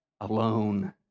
alone